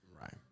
Right